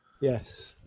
Yes